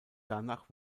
danach